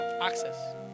Access